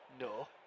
No